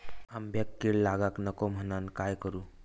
आंब्यक कीड लागाक नको म्हनान काय करू?